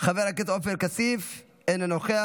חבר הכנסת אחמד טיבי, אינו נוכח,